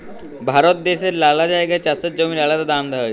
ভারত দ্যাশের লালা জাগায় চাষের জমির আলাদা দাম হ্যয়